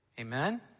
Amen